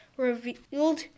revealed